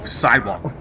sidewalk